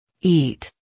Eat